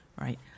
right